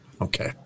Okay